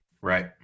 Right